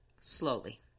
Slowly